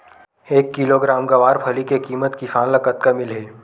एक किलोग्राम गवारफली के किमत किसान ल कतका मिलही?